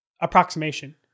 approximation